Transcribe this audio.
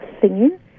singing